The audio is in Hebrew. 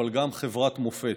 אבל גם חברת מופת.